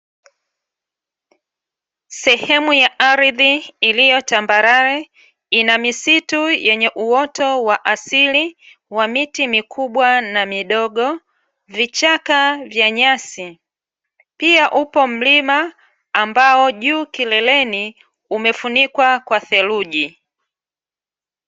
Sehemu ya ardhi iliyo tambarare ina misitu yenye uoto wa asili wa miti mikubwa na midogo vichaka vya nyasi, pia upo mlima ambao juu kileleni umefunikwa kwa theluji.